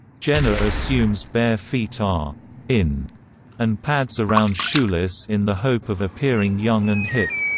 jenna assumes bare feet are in and pads around shoeless in the hope of appearing young and hip.